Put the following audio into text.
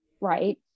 Right